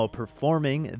performing